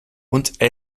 und